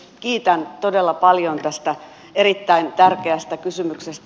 kiitän todella paljon tästä erittäin tärkeästä kysymyksestä